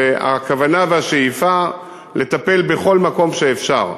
והכוונה והשאיפה לטפל בכל מקום שאפשר,